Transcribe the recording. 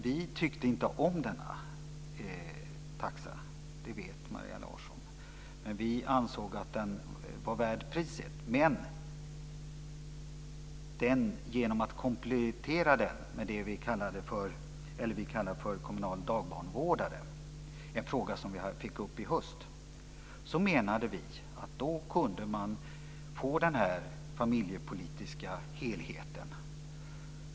Vi tyckte inte om denna taxa, och det vet Maria Larsson, men vi ansåg att den var värd priset. Men genom att komplettera den med det som vi kallar för kommunal dagbarnvårdare - en fråga som vi tog upp under hösten - menade vi att det kunde bli en familjepolitisk helhet.